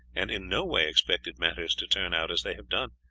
and in no way expected matters to turn out as they have done,